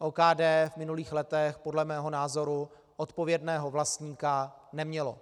OKD v minulých letech podle mého názoru odpovědného vlastníka nemělo.